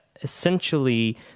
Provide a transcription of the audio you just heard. essentially